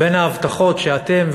בין ההבטחות שאתם,